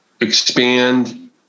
expand